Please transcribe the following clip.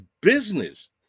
business